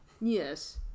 Yes